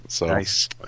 Nice